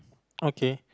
okay